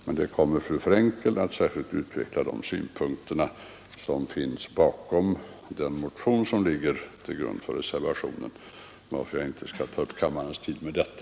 Fru Frenkel kommer att särskilt utveckla synpunkterna i den motion som ligger till grund för reservationen, varför jag inte skall ta upp kammarens tid med detta.